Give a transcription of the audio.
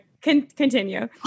continue